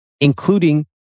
including